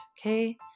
Okay